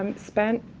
um spent,